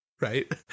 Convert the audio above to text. right